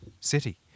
city